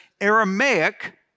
Aramaic